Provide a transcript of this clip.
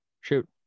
Shoot